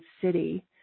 city